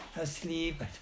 asleep